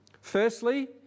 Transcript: Firstly